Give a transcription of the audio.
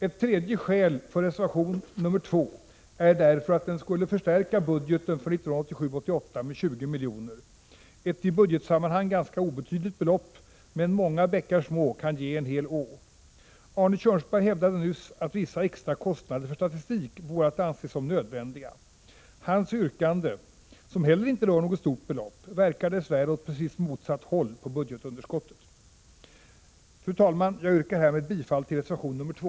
Ett tredje skäl för reservation 2 är därför att det förslaget skulle förstärka budgeten för 1987/88 med 20 miljoner, ett i budgetsammanhang ganska obetydligt belopp, men många bäckar små kan ge en hel å. Arne Kjörnsberg hävdade nyss att vissa extrakostnader för statistik vore att anse som nödvändiga. Hans yrkande, som heller inte rör något stort belopp, verkar dess värre åt precis motsatt håll på budgetunderskottet. Fru talman! Jag yrkar härmed bifall till reservation nr 2.